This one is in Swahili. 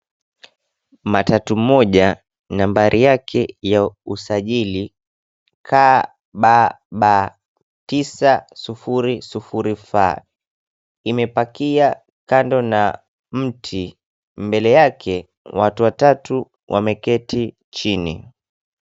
Matatu moja nambari yake ya usajili KBB 900F imepakia kando na mti. Mbele yake watu watatu wameketi chini.